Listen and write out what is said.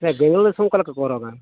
ᱟᱪᱪᱷᱟ ᱵᱮᱝᱜᱚᱞ ᱫᱤᱥᱚᱢ ᱚᱠᱟ ᱞᱮᱠᱟ ᱠᱚ ᱦᱚᱨᱚᱜᱼᱟ